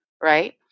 right